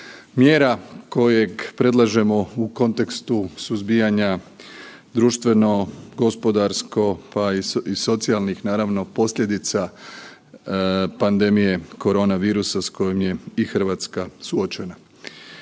mjera kojeg predlažemo u kontekstu suzbijanja društveno gospodarsko, pa i socijalnih naravno posljedica pandemije koronavirusa s kojim je i RH suočena.